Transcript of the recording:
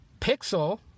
Pixel